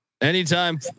Anytime